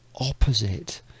opposite